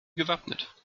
gewappnet